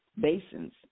basins